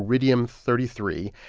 iridium thirty three.